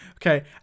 Okay